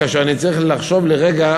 כאשר אני מנסה לחשוב לרגע,